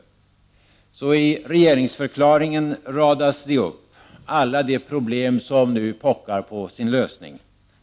I regeringsförklaringen radas alla de problem som nu pockar på sin lösning upp.